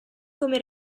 come